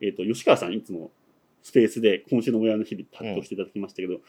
えーと、吉川さん、いつもスペースで今週のもやの日々発表していただきましたけど、うん。